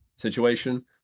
Situation